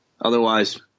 otherwise